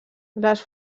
les